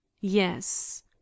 yes